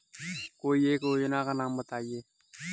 कोई एक योजना का नाम बताएँ?